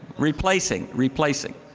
replacing. replacing.